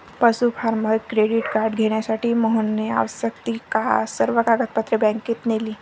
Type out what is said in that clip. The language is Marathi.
पशु फार्मर क्रेडिट कार्ड घेण्यासाठी मोहनने आवश्यक ती सर्व कागदपत्रे बँकेत नेली